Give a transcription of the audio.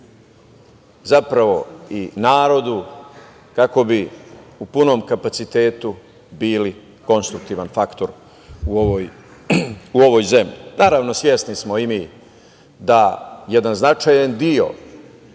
zapravo i narodu, kako bi u punom kapacitetu bili konstruktivan faktor u ovoj zemlji. Naravno, svesni smo i mi da jedan značajan deo